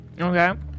Okay